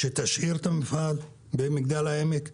שתשאיר את המפעל במגדל העמק,